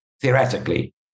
theoretically